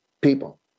people